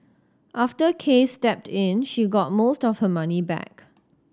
after Case stepped in she got most of her money back